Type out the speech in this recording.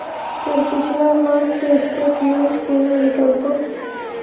Sir पिछला मास के स्टेटमेंट केना निकलते?